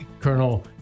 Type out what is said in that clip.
Colonel